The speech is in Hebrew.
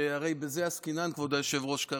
שהרי בזה עסקינן כרגע, כבוד היושב-ראש,